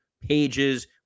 pages